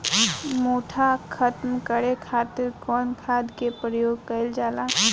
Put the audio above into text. मोथा खत्म करे खातीर कउन खाद के प्रयोग कइल जाला?